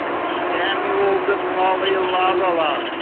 samuel decali lavala.